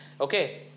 okay